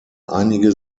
einige